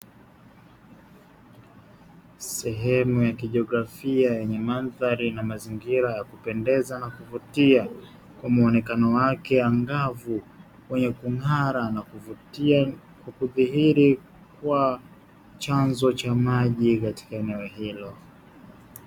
Sehemu ya kijiografia yenye mandhari na mazingira ya kupendeza na kuvutia, kwa muonekano wake angavu wenye kung'ara na kuvutia kwa kudhihiri kwa chanzo cha maji katika eneo hilo.